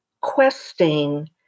questing